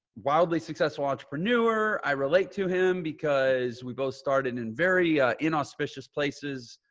wildly successful entrepreneur. i relate to him because we both started in very in auspicious places.